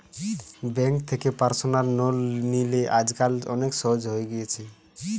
bank থেকে personal loan লিলে আজকাল অনেক সহজ হয়ে গেছে